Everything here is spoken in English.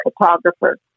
photographer